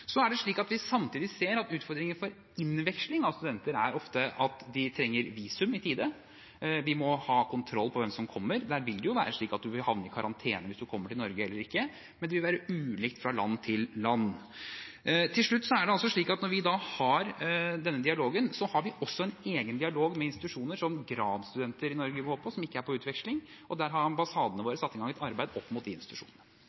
Samtidig ser vi at utfordringene for innveksling av studenter er ofte at de trenger visum i tide, og at vi må ha kontroll på hvem som kommer. Der vil det jo være slik at man havner i karantene hvis man kommer til Norge, men det vil være ulikt fra land til land. Til slutt: Det er altså slik at når vi har denne dialogen, har vi også en egen dialog med institusjoner som gradsstudenter i Norge går på, som ikke er på utveksling, og der har ambassadene